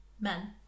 men